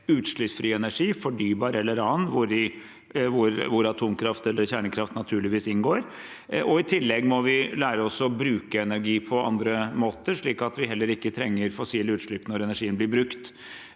utslippsfri energi, fornybar eller annen, hvori atomkraft eller kjernekraft naturligvis inngår. I tillegg må vi lære oss å bruke energi på andre måter, slik at vi heller ikke trenger fossile utslipp når energien blir brukt.